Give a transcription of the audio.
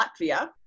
Latvia